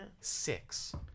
Six